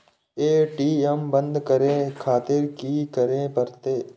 ATM बंद करें खातिर की करें परतें?